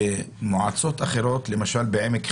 ובמועצות אחרות, למשל בעמק חפר,